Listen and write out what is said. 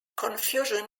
confusion